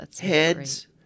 heads